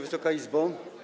Wysoka Izbo!